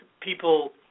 people